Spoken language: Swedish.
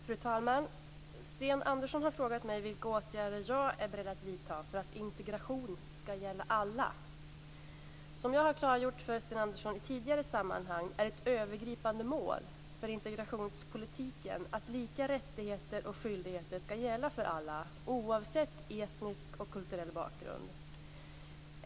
Fru talman! Sten Andersson har frågat mig vilka åtgärder jag är beredd att vidta för att integration ska gälla alla. Som jag har klargjort för Sten Andersson i tidigare sammanhang är ett övergripande mål för integrationspolitiken att lika rättigheter och skyldigheter ska gälla för alla oavsett etnisk och kulturell bakgrund.